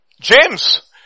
James